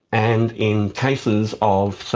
and in cases of, say,